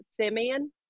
Simeon